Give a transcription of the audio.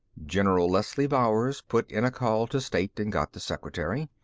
general leslie bowers put in a call to state and got the secretary.